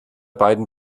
beiden